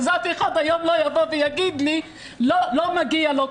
אז אף אחד היום לא יבוא ויגיד לי שלא מגיע לו.